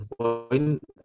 point